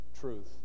truth